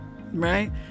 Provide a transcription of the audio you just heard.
right